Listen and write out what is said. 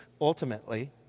ultimately